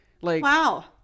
Wow